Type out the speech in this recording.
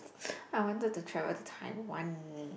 I wanted to travel to Taiwan